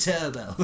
Turbo